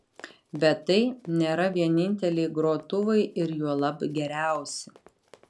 bet tai nėra vieninteliai grotuvai ir juolab geriausi